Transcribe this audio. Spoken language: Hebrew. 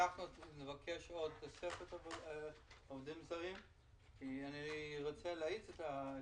נבקש עוד תוספת של עובדים זרים כי אני רוצה להאיץ את הבנייה.